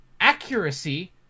accuracy